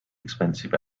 expensive